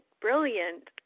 brilliant